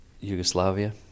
Yugoslavia